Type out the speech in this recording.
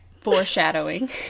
Foreshadowing